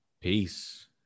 peace